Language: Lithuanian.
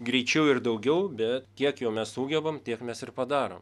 greičiau ir daugiau bet kiek jau mes sugebam tiek mes ir padarom